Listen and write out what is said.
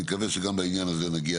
אני מקווה שגם בעניין עוד נגיע